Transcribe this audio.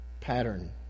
pattern